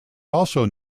also